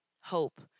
hope